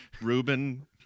Ruben